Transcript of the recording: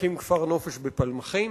להקים כפר-נופש בפלמחים,